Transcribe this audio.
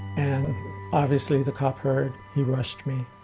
and obviously the cop heard. he rushed me,